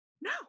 no